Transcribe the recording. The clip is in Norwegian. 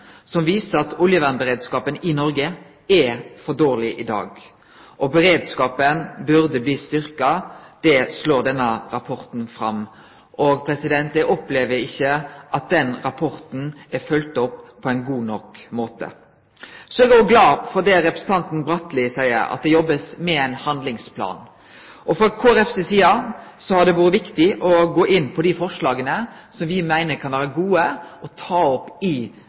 som viser at oljevernberedskapen i Noreg er for dårleg. At beredskapen burde bli styrkt, slo denne rapporten fast. Eg opplever ikkje at den rapporten er følgd opp på ein god nok måte. Så er eg òg glad for det representanten Bratli seier, at ein jobbar med ein handlingsplan. Frå Kristelig Folkeparti si side har det vore viktig å gå inn på dei forslaga som me meiner kan vere gode å ta opp i